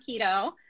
keto